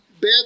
Bad